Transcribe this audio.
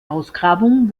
ausgrabung